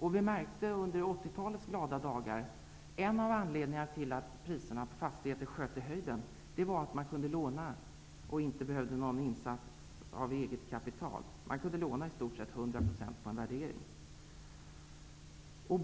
Under 80 talets glada dagar märktes en av anledningarna till att priserna på fastigheter sköt i höjden, nämligen att man kunde låna utan insats av eget kapital. Man kunde i stort sett låna hundra procent efter en värdering.